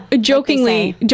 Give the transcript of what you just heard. Jokingly